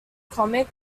comic